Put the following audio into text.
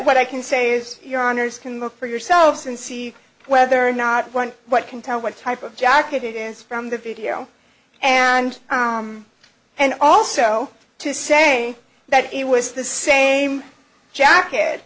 what i can say is your honour's can look for yourselves and see whether or not one what can tell what type of jacket it is from the video and and also to say that it was the same jack